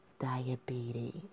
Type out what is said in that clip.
diabetes